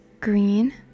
green